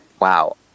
wow